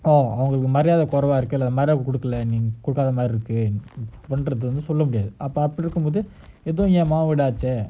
oh oh உங்களுக்குமரியாதகுறைவாஇருக்குஉங்களுக்குமரியாதைகொடுக்கலைனுஅப்படிசொல்லமுடியாதுஅப்பாவந்துஇதுஎன்மகவீடுஆச்சே:unkaluku mariyadha kuraiva iruku unkaluku mariyadhai kodukkalainu apadi solla mudiyathu appa vandhu idhu en maka veedu aache